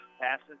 Passes